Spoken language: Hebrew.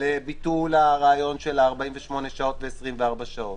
לביטול הרעיון של 48 שעות ו-24 שעות,